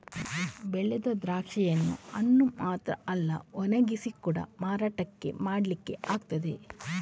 ಬೆಳೆದ ದ್ರಾಕ್ಷಿಯನ್ನ ಹಣ್ಣು ಮಾತ್ರ ಅಲ್ಲ ಒಣಗಿಸಿ ಕೂಡಾ ಮಾರಾಟ ಮಾಡ್ಲಿಕ್ಕೆ ಆಗ್ತದೆ